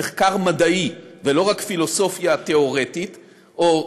מחקר מדעי ולא רק פילוסופיה תיאורטית או